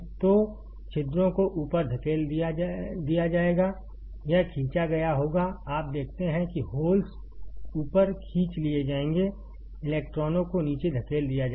तो छिद्रों को ऊपर धकेल दिया जाएगा यह खींचा गया होगा आप देखते हैं कि होल्स ऊपर खींच लिए जाएंगे इलेक्ट्रॉनों को नीचे धकेल दिया जाएगा